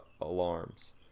alarms